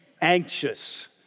anxious